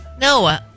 No